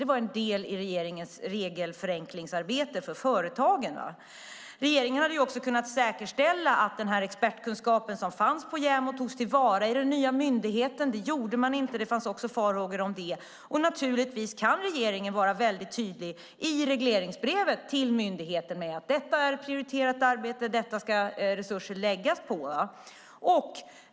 Det var en del i regeringens regelförenklingsarbete för företagen. Regeringen hade också kunnat säkerställa att expertkunskapen som fanns på JämO togs till vara i den nya myndigheten. Det gjorde man inte; det fanns också farhågor om det. Och naturligtvis kan regeringen vara väldigt tydlig i regleringsbrevet till myndigheten med att detta är ett prioriterat arbete som resurser ska läggas på.